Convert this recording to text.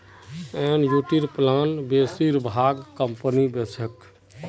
एनयूटीर प्लान बेसिर भाग कंपनी बेच छेक